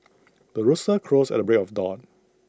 the rooster crows at the break of dawn